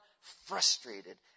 frustrated